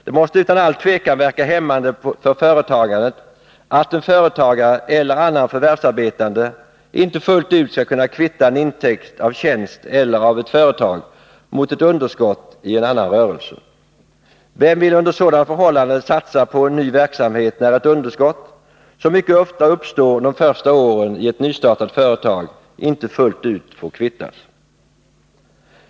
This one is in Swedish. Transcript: Det måste utan all tvekan verka hämmande för företagandet att en företagare eller annan förvärvsarbetande inte fullt ut skall kunna kvitta en intäkt av tjänst eller av ett företag mot ett underskott i en annan rörelse. Vem vill under sådana förhållanden satsa på en ny verksamhet när ett underskott, som mycket ofta uppstår de första åren i ett nystartat företag, inte fullt ut får kvittas.